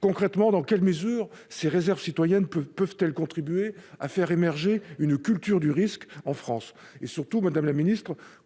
Concrètement, dans quelle mesure ces réserves citoyennes peuvent-elles contribuer à faire émerger une culture du risque en France ?